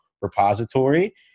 repository